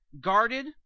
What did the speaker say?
guarded